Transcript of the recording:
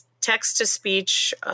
text-to-speech